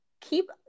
keep